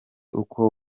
uko